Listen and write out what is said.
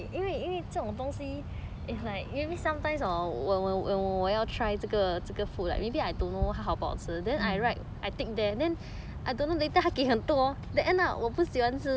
mm